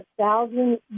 thousand